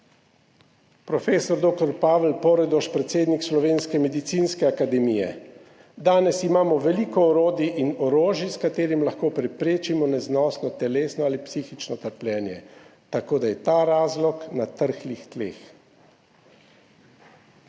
doktor Pavel Poredoš, predsednik Slovenske medicinske akademije: "Danes imamo veliko orodij in orodij, s katerimi lahko preprečimo neznosno telesno ali psihično trpljenje, tako da je ta razlog na trhlih tleh.